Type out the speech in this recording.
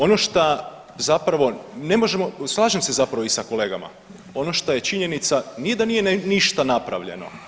Ono šta, zapravo, ne možemo, slažem se zapravo i sa kolegama, ono šta je činjenica nije da nije ništa napravljeno.